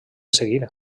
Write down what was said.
seguir